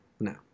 No